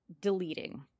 deleting